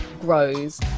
grows